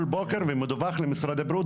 כל בוקר ומדווח למשרד הבריאות.